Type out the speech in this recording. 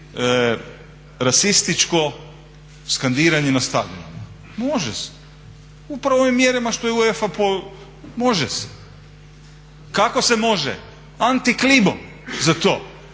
rasističko skandiranje na stadionima? Može se, upravo ovim mjerama što je UEFA, može se. Kako se može? Anti klimom za to.